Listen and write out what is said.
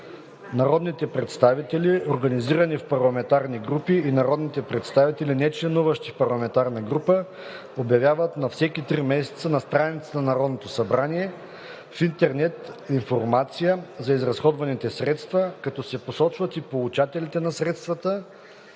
„Народните представители, организирани в парламентарни групи, и народните представители, нечленуващи в парламентарна група, обявяват на всеки три месеца на страницата на Народното събрание в интернет информация за изразходваните средства, като се посочват и получателите на средствата